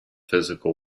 physical